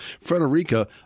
Frederica